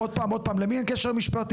עוד פעם, עוד פעם, למי אין קשר משפטי.